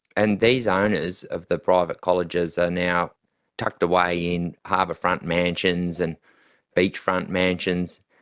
and these owners of the private colleges are now tucked away in harbour-front mansions and beach-front mansions,